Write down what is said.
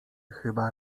chyba